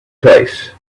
place